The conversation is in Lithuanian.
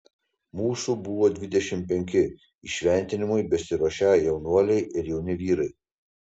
mūsų buvo dvidešimt penki įšventinimui besiruošią jaunuoliai ir jauni vyrai